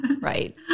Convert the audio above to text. right